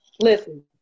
Listen